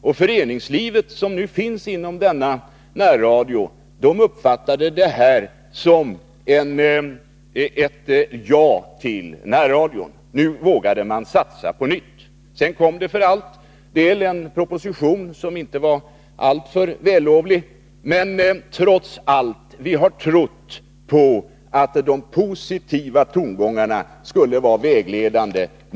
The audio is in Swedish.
De föreningar som är med i närradioverksamheten uppfattade det som ett ja till närradion. Nu vågade man satsa på nytt. Sedan kom en proposition som dock inte var alltför vällovlig. Vi har trots allt trott på att de positiva tongångarna skulle vara vägledande.